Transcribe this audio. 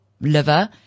liver